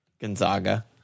Gonzaga